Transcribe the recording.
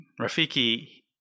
Rafiki